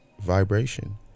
vibration